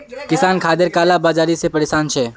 किसान खादेर काला बाजारी से परेशान छे